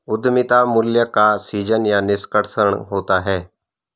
उद्यमिता मूल्य का सीजन या निष्कर्षण होता है